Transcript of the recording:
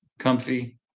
comfy